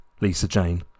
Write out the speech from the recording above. Lisa-Jane